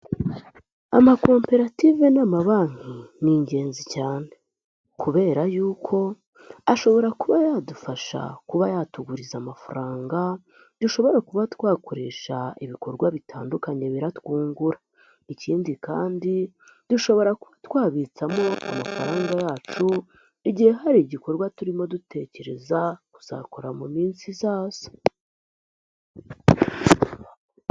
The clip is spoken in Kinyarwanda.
Amakoperative n'amabanki ni ingenzi cyane kubera yuko ashobora kuba yadufasha kuba yatuguriza amafaranga dushobora kuba twakoresha ibikorwa bitandukanye biratwungura. Ikindi kandi dushobora twabitsamo amafaranga yacu, igihe hari igikorwa turimo dutekereza kuzakora mu minsi izaza.